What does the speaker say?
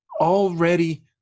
already